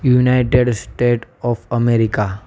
united state of America